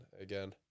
again